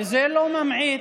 זה לא ממעיט,